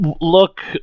look